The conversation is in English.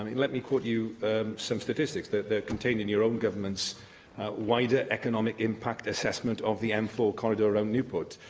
i mean let me quote you some statistics they're they're contained in your own government's wider economic impact assessment of the m four corridor around newport,